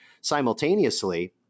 Simultaneously